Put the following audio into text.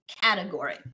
category